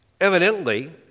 evidently